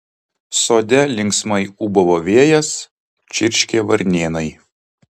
sode linksmai ūbavo vėjas čirškė varnėnai